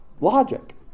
logic